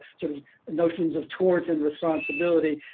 sort of notions of tort and responsibility,